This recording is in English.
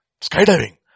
skydiving